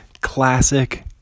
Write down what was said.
classic